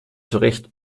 zurecht